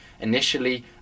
initially